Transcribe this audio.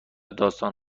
داستان